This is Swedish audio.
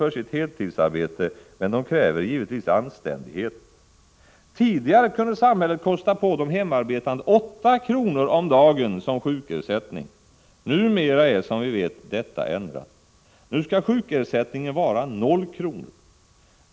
för sitt heltidsarbete, men de kräver givetvis anständighet. Tidigare kunde samhället kosta på de hemarbetande 8 kr. om dagen i sjukersättning. Numera är, som vi vet, detta ändrat. Nu skall sjukersättningen vara 0 kr.